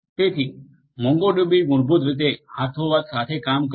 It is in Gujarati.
તેથી મોંગોડીબી મૂળભૂત રીતે હાથોહાથ સાથે કામ કરે છે